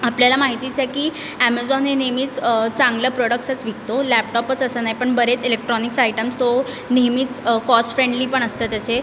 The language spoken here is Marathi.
आपल्याला माहितीच आहे की ॲमेझॉन हे नेहमीच चांगलं प्रोडक्ट्सच विकतो लॅपटॉपच असं नाही पण बरेच इलेक्ट्रॉनिक्स आयटम्स तो नेहमीच कॉस्ट फ्रेंडली पण असतं त्याचे